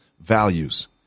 values